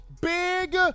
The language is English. big